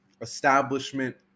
establishment